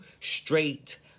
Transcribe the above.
straight